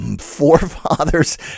forefathers